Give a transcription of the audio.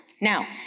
Now